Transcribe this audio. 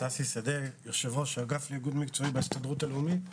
אני יושב-ראש האגף לאיגוד מקצועי בהסתדרות הלאומית.